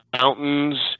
mountains